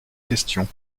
questions